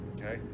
Okay